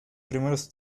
primeros